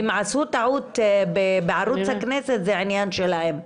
אם עשו טעות בערוץ הכנסת, זה עניין שלהם.